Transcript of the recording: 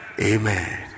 Amen